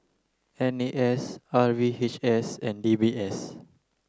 N A S R V H S and D B S